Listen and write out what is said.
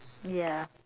ya